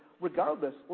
regardless